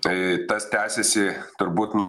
tai tas tęsiasi turbūt